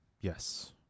yes